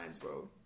bro